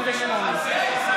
(קוראת בשם חבר הכנסת)